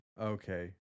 Okay